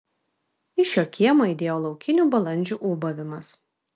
iš jo kiemo aidėjo laukinių balandžių ūbavimas